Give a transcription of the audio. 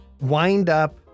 wind-up